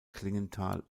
klingenthal